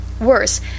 Worse